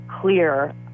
clear